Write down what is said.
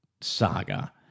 saga